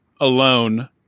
alone